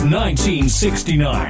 1969